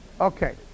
Okay